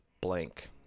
blank